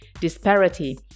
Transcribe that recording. disparity